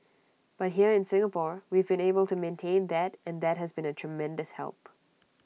but here in Singapore we've been able to maintain that and that has been A tremendous help